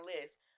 list